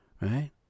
Right